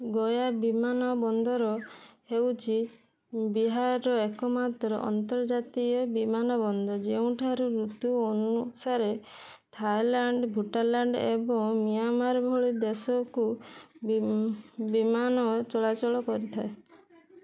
ଗୟା ବିମାନ ବନ୍ଦର ହେଉଛି ବିହାରର ଏକମାତ୍ର ଅନ୍ତର୍ଜାତୀୟ ବିମାନ ବନ୍ଦର ଯେଉଁଠାରୁ ଋତୁ ଅନୁସାରେ ଥାଇଲାଣ୍ଡ ଭୁଟାଲାଣ୍ଡ ଏବଂ ମିଆଁମାର ଭଳି ଦେଶକୁ ବିମା ବିମାନ ଚଳାଚଳ କରିଥାଏ